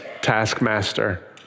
taskmaster